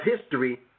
history